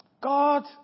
God